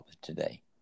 today